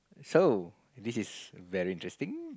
so this is very interesting